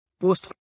post